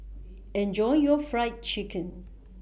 Enjoy your Fried Chicken